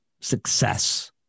success